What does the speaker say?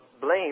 blame